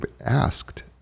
asked